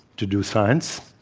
to do science,